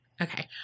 Okay